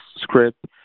script